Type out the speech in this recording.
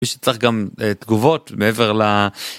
מי שצריך גם תגובות מעבר ל...